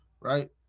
right